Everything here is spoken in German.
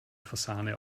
fasane